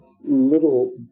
little